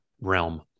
realm